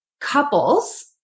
couples